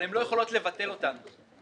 אבל הן לא יכולות לבטל אותנו,